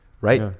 Right